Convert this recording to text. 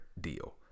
deal